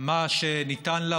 מה שניתן לה,